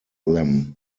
them